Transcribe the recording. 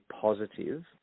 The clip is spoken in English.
positive